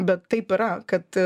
bet taip yra kad